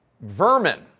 vermin